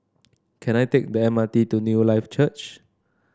can I take the M R T to Newlife Church